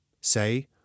Say